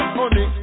money